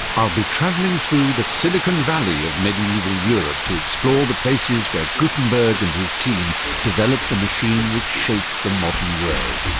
i'll be travelling through the silicon valley of medieval europe, to explore the places where gutenberg and his team developed the machine which shaped the modern world.